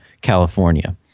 California